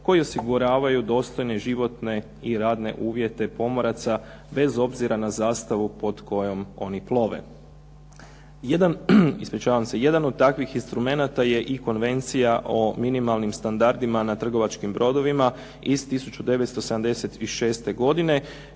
koji osiguravaju dostojne životne i radne uvjete pomoraca bez obzira na zastavu pod kojom oni plove. Jedan od takvih instrumenata je i Konvencija o minimalnim standardima na trgovačkim brodovima iz 1976. godine